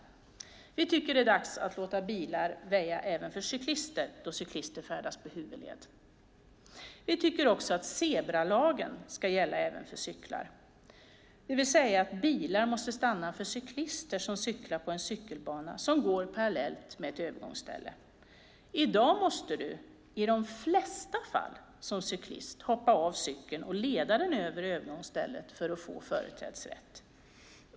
Miljöpartiet anser att det är dags att låta bilar väja för cyklister då cyklisten färdas på huvudled. Vi tycker att zebralagen ska gälla även för cyklar, det vill säga att bilar måste stanna för cyklister som cyklar på en cykelbana som går parallellt med ett övergångsställe. I dag måste du, i de flesta fall, som cyklist hoppa av cykeln och leda den över övergångsstället för att få företrädesrätt.